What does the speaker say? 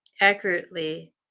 accurately